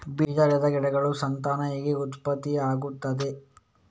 ಬೀಜ ಇಲ್ಲದ ಗಿಡಗಳ ಸಂತಾನ ಹೇಗೆ ಉತ್ಪತ್ತಿ ಆಗುತ್ತದೆ?